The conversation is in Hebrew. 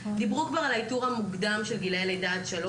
דיברו כבר על האיתור המוקדם של גילאי לידה עד 3,